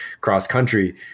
cross-country